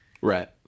right